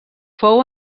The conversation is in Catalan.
fou